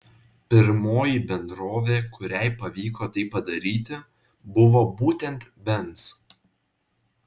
pirmoji bendrovė kuriai pavyko tai padaryti buvo būtent benz